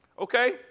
Okay